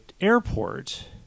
airport